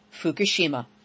Fukushima